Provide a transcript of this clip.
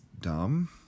dumb